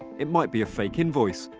it might be a fake invoice,